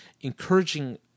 encouraging